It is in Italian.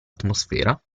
atmosfera